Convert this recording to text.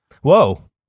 Whoa